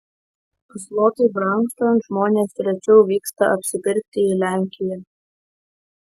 zlotui brangstant žmonės rečiau vyksta apsipirkti į lenkiją